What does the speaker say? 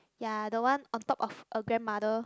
ya the one on top of a grandmother